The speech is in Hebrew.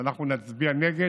אנחנו נצביע נגד,